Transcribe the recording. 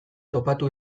topatu